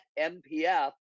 MPF